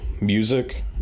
music